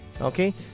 Okay